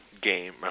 game